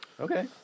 Okay